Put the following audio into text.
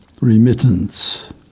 Remittance